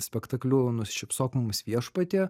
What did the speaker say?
spektakliu nusišypsok mums viešpatie